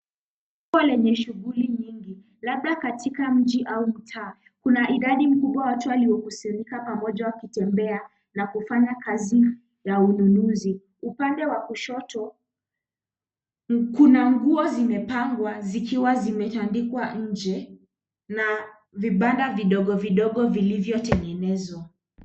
Soko lenye shughuli nyingi labda katika mji ama mtaa. Kuna idadi kubwa ya watu waliokusanyika pamoja wakitembea na kufanya kazi ya ununuzi. Upande wa kushoto kuna nguo zimepangwa zikiwa zimetandikwa nje na vibanda vidogo vidogo vilivyotengenezwa.